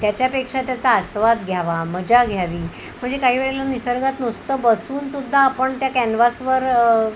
त्याच्यापेक्षा त्याचा आस्वाद घ्यावा मजा घ्यावी म्हणजे काही वेळेला निसर्गात नुसतं बसूनसुद्धा आपण त्या कॅन्व्हासवर